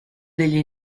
degli